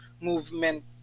movement